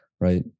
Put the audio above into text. right